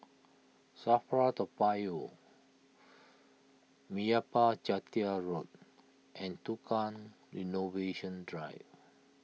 Safra Toa Payoh Meyappa Chettiar Road and Tukang Innovation Drive